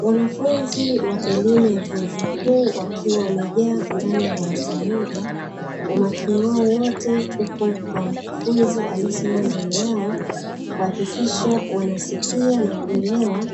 Wanafunzi wa elimu ya vyuo vikuu wakiwa wamejaandani ya darasa moja, umakini wao wote huko kwa mkufunzi aliesimama mbele yao, akihakikisha wanasika na kuelewa,